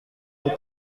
est